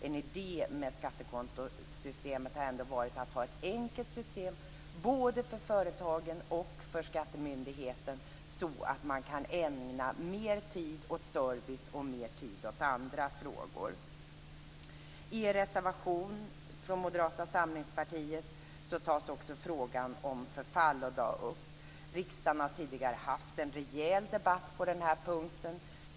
En idé med skattekontosystemet har ändå varit att ha ett enkelt system både för företagen och för skattemyndigheten, så att man kan ägna mer tid åt service och mer tid åt andra frågor. I en reservation från Moderata samlingspartiet tas också frågan om förfallodag upp. Riksdagen har tidigare haft en rejäl debatt på den här punkten.